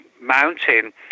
mountain